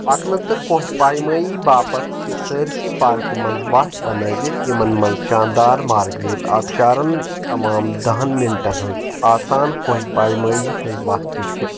پكنہٕ تہٕ كوہ پایمٲیی باپتھ چھِ سٲرِسٕے پاركہِ منز وتھ بنٲوِتھ ، یمن منز شاندار مارگریٹ آبشارن تمام دہن مِنٹن ہنز آسان كوہ پایمٲیی ہنز وتھ تہِ چھِ